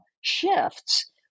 shifts